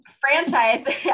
franchise